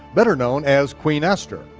better known as queen esther.